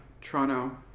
toronto